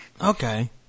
Okay